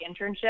internship